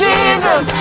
Jesus